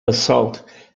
assault